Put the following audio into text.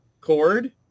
chord